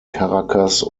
caracas